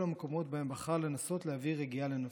המקומות שבהם בחר לנסות להביא רגיעה לנפשו".